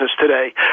today